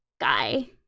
guy